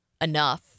enough